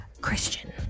Christian